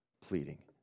pleading